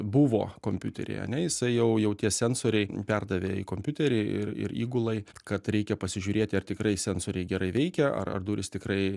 buvo kompiuteryje ane jisai jau jau tie sensoriai perdavė į kompiuterį ir ir įgulai kad reikia pasižiūrėti ar tikrai sensoriai gerai veikia ar ar durys tikrai